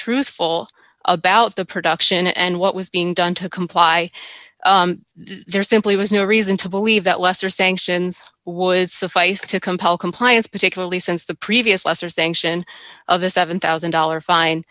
truthful about the production and what was being done to comply there simply was no reason to believe that lesser sanctions would suffice to compel compliance particularly since the previous lesser sanction of a seven thousand dollars fine